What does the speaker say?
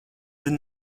did